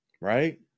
Right